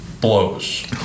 blows